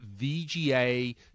VGA